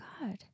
God